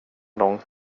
lång